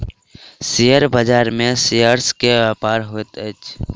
share बाजार में shares के व्यापार होइत अछि